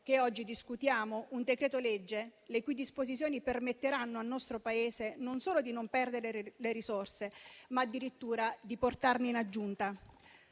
che oggi discutiamo un decreto-legge le cui disposizioni permetteranno al nostro Paese non solo di non perdere le risorse, ma addirittura di portarne in aggiunta.